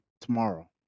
tomorrow